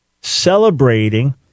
celebrating